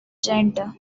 janitor